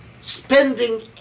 spending